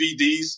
DVDs